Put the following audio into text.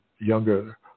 younger